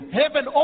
heaven